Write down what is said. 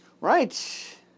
right